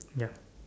ya